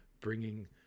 bringing